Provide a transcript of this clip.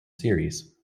series